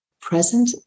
present